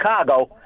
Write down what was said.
Chicago